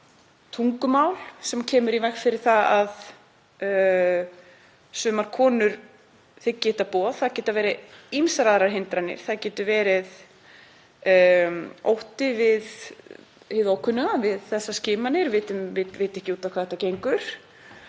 tungumálið sem kemur í veg fyrir að sumar konur þiggi þetta boð. Það geta verið ýmsar aðrar hindranir. Það getur verið ótti við hið ókunna, við þessar skimanir, vita ekki út á hvað þetta gengur.